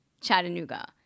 Chattanooga